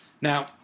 Now